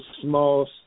small